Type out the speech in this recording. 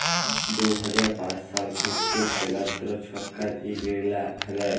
দু হাজার পাঁচ সাল থ্যাইকে কেলদ্র ছরকার ইগলা দেয়